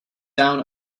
down